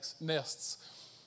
nests